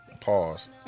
Pause